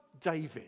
David